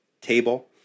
table